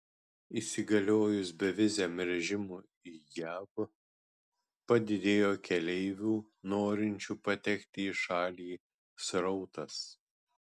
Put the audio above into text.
įsigaliojus beviziam režimui į jav padidėjo keleivių norinčių patekti į šalį srautas